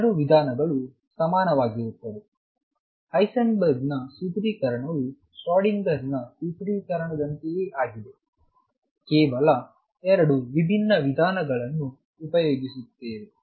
2 ವಿಧಾನಗಳು ಸಮಾನವಾಗಿರುತ್ತದೆ ಹೈಸೆನ್ಬರ್ಗ್ ನ ಸೂತ್ರೀಕರಣವು ಶ್ರೋಡಿಂಗರ್ನ ಸೂತ್ರೀಕರಣದಂತೆಯೇ ಆಗಿದೆ ಕೇವಲ 2 ವಿಭಿನ್ನ ವಿಧಾನಗಳನ್ನು ಉಪಯೋಗಿಸುತ್ತೇವೆ